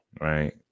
right